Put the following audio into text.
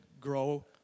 grow